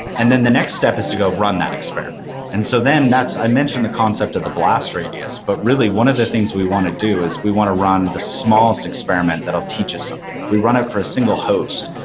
and then the next step is to go run that experiment, and so then that's i mention the concept of the blast radius, but, really, one of the things we want to do is we want to run the smallest experiment that will teach us something. if we run it for a single host,